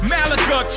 Malaga